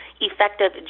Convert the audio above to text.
effective